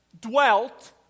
dwelt